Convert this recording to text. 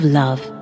love